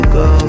go